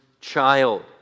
child